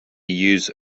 use